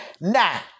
Now